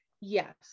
Yes